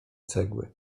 cegły